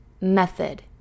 method